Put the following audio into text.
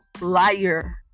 liar